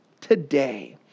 today